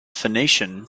phoenician